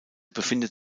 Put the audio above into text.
befindet